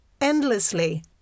endlessly